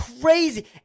crazy